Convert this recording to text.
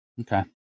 Okay